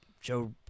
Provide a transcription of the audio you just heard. Joe